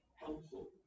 helpful